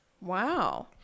Wow